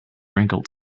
wrinkled